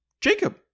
jacob